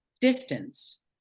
distance